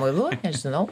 muilu nežinau